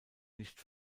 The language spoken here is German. nicht